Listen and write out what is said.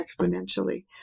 exponentially